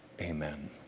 amen